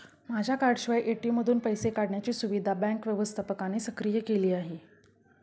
माझ्या कार्डाशिवाय ए.टी.एम मधून पैसे काढण्याची सुविधा बँक व्यवस्थापकाने सक्रिय केली आहे